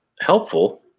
helpful